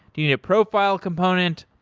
you need a profile component.